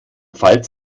pfalz